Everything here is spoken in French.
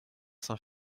saint